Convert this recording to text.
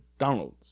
downloads